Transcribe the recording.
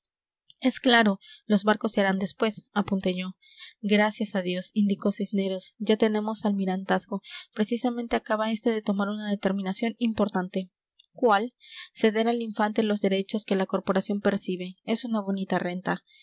es claro los barcos se harán después apunté yo gracias a dios indicó cisneros ya tenemos almirantazgo precisamente acaba este de tomar una determinación importante cuál ceder al infante los derechos que la corporación percibe es una bonita renta